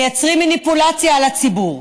מייצרים מניפולציה על הציבור.